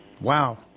Wow